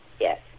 Yes